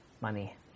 money